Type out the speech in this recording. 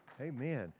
Amen